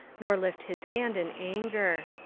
nor lift his hand in anger.